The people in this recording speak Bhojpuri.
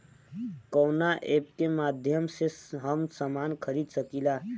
कवना ऐपके माध्यम से हम समान खरीद सकीला?